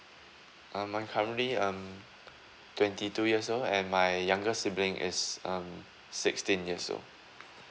um I'm currently um twenty two years old and my younger sibling is um sixteen years old